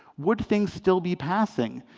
would things still be passing?